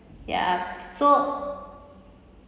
ya so